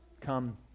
Come